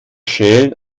schälen